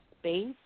space